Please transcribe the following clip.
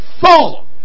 fall